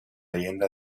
leyenda